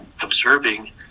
observing